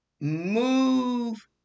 move